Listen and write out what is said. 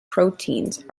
proteins